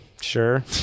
sure